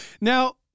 Now